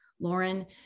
Lauren